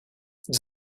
does